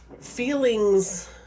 feelings